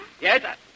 Yes